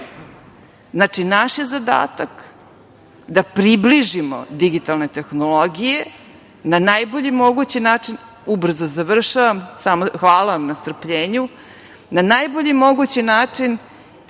sada. Znači, naš je zadatak da približimo digitalne tehnologije na najbolji mogući način, ubrzo završavam, hvala na strpljenju, da kažemo ljudima